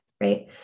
right